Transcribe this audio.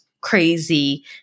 crazy